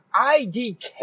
IDK